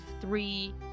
three